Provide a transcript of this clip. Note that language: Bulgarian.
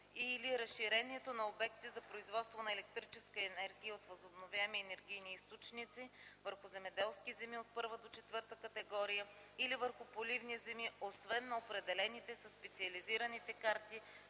и/или разширението на обекти за производство на електрическа енергия от възобновяеми енергийни източници върху земеделски земи от първа до четвърта категория или върху поливни земи освен на определените със специализираните карти